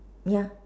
ya